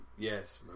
Yes